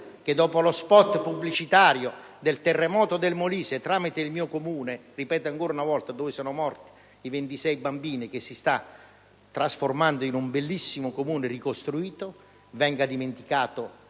che, dopo lo *spot* pubblicitario del terremoto del Molise tramite il mio comune (dove - ripeto ancora una volta - sono morti 26 bambini e ora si sta trasformando in un bellissimo paese ricostruito), dopo sette